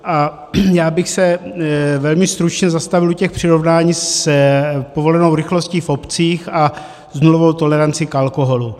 A já bych se velmi stručně zastavil u těch přirovnání s povolenou rychlostí v obcích a s nulovou tolerancí k alkoholu.